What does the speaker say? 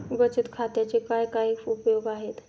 बचत खात्याचे काय काय उपयोग आहेत?